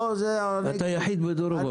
אתה יחיד בדורו.